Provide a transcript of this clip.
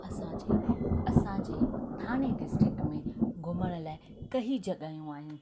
असांजे असांजे थाणे डिस्ट्रिक में घुमण लाइ कंहिं जॻहयूं आहिनि